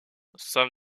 sans